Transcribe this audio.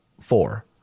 four